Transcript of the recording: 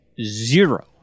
zero